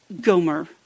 Gomer